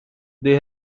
they